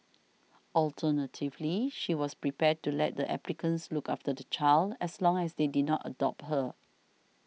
alternatively she was prepared to let the applicants look after the child as long as they did not adopt her